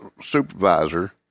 supervisor